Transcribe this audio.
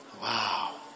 Wow